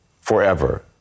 forever